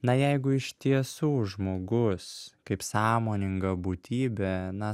na jeigu iš tiesų žmogus kaip sąmoninga būtybė na